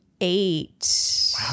eight